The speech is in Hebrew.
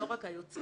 -- לא רק היוצרים.